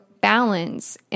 balance